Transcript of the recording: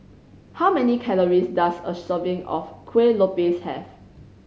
how many calories does a serving of Kueh Lopes have